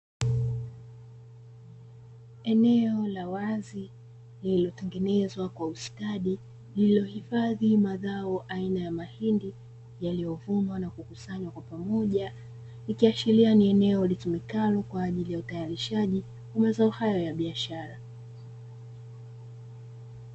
Eneo la wazi lililotengenezwa kwa ustadi, lililohifadhi mazao aina ya mahindi yaliyovunwa na kukusanywa kwa pamoja, ikiashiria ni eneo litumikalo kwaajili ya utayarishaji wa mazao hayo ya biashara.